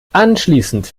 anschließend